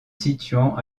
situant